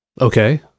Okay